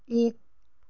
एक